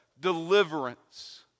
deliverance